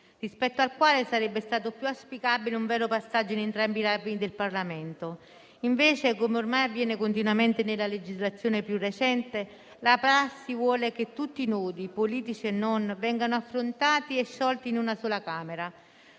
rispetto al quale sarebbe stato più auspicabile un vero passaggio in entrambi i rami del Parlamento. Invece, come ormai avviene continuamente nella legislazione più recente, la prassi vuole che tutti i nodi, politici e non, vengano affrontati e sciolti in una sola Camera,